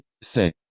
c'est